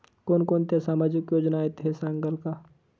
कोणकोणत्या सामाजिक योजना आहेत हे सांगाल का?